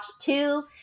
two